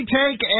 take